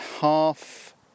half